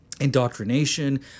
indoctrination